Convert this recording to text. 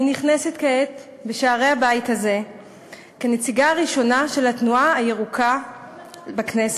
אני נכנסת כעת בשערי הבית הזה כנציגה הראשונה של התנועה הירוקה בכנסת.